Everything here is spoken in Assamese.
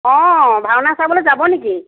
ভাওনা চাবলে যাব নেকি